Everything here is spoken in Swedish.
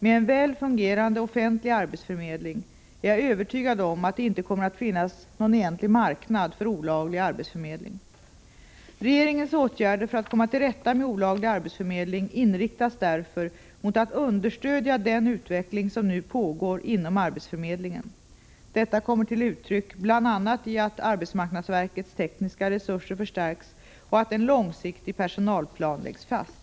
Med en väl fungerande offentlig arbetsförmedling är jag övertygad om att det inte kommer att finnas någon egentlig marknad för olaglig arbetsförmedling. Regeringens åtgärder för att komma till rätta med olaglig arbetsförmedling inriktas därför mot att understödja den utveckling som nu pågår inom arbetsförmedlingen. Detta kommer till uttryck bl.a. i att arbetsmarknadsverkets tekniska resurser förstärks och att en långsiktig personalplan läggs fast.